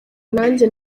nanjye